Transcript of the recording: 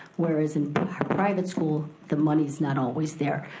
whereas in private school the money's not always there.